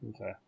Okay